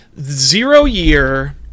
Zero-year